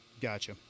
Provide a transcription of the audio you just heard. gotcha